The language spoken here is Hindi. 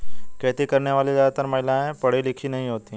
खेती करने वाली ज्यादातर महिला पढ़ी लिखी नहीं होती